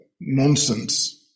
nonsense